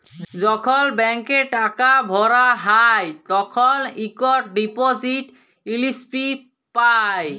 যখল ব্যাংকে টাকা ভরা হ্যায় তখল ইকট ডিপজিট ইস্লিপি পাঁই